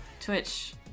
Twitch